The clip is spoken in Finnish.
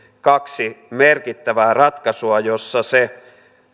kaksi merkittävää ratkaisua joissa se